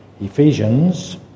Ephesians